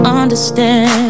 understand